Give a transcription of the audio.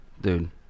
dude